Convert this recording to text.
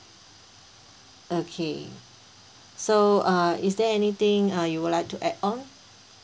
okay so uh is there anything uh you would like to add on